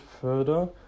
further